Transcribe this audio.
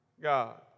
God